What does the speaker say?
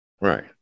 Right